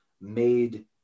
made